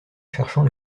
cherchant